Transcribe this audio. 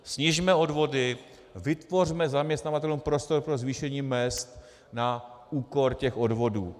Snižme odvody, vytvořme zaměstnavatelům prostor pro zvýšení mezd na úkor těch odvodů.